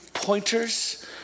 pointers